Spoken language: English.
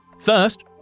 First